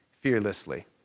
fearlessly